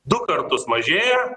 du kartus mažėja